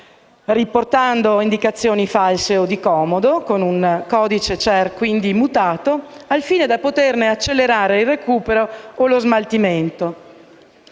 riportando indicazioni false o di comodo, quindi con un codice CER immutato, al fine di poterne accelerare il recupero o lo smaltimento.